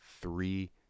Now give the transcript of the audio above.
three